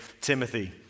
Timothy